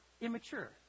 immature